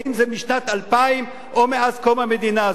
האם זה משנת 2000 או מאז קום המדינה.